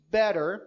better